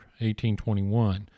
1821